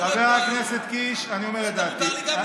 חבר הכנסת קיש, אני אומר כרגע את דעתי.